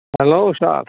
hello sir